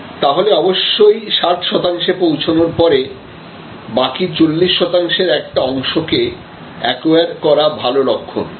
তাহলে অবশ্যই 60 শতাংশে পৌঁছানোর পরে বাকি 40 শতাংশের একটা অংশকে একোয়ার করা ভালো লক্ষ্য